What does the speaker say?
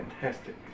fantastic